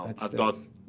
i thought